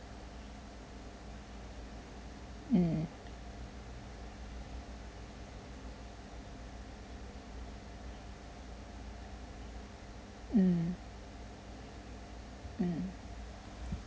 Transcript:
mm mm mm